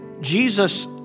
Jesus